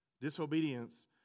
Disobedience